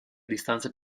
distanze